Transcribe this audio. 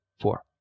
four